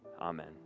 amen